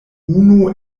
unu